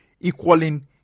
equaling